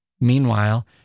Meanwhile